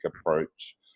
approach